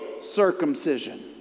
circumcision